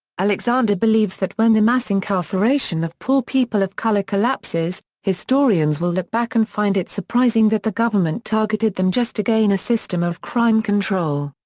alexander believes that when the mass incarceration of poor people of color collapses, historians will look back and find it surprising that the government targeted them just to gain a system of crime control.